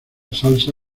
salsa